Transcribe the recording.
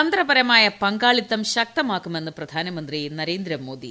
തന്ത്രപരമായ പങ്കാളിത്തും ശക്തമാക്കുമെന്ന് പ്രധാനമന്ത്രി നരേന്ദ്രമോദി